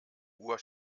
uhr